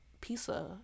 pizza